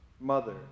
mother